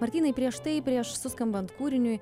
martynai prieš tai prieš suskambant kūriniui